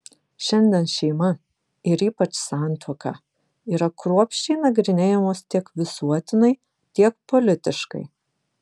šiandien šeima ir ypač santuoka yra kruopščiai nagrinėjamos tiek visuotinai tiek politiškai